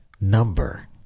number